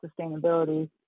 sustainability